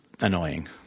annoying